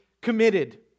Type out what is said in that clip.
committed